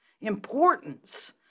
importance